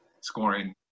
scoring